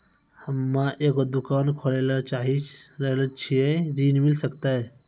हम्मे एगो दुकान खोले ला चाही रहल छी ऋण मिल सकत?